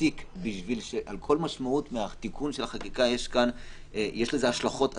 פסיק כי על כל משמעות תיקון החקיקה יש השלכות עצומות.